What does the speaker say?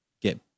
get